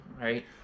right